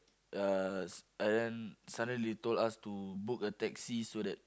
yes and then suddenly told us to book a taxi so that